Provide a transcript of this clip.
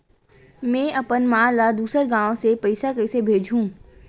में अपन मा ला दुसर गांव से पईसा कइसे भेजहु?